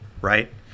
right